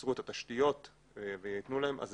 ייצרו את התשתיות וייתנו להם, הם